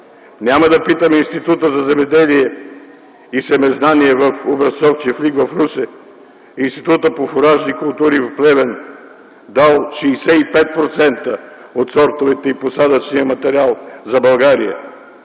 няма да питаме Института за земеделие и семезнание в „Образцов чифлик” в Русе; Института по фуражни култури в Плевен, дал 65% от сортовете и посадъчния материал за България;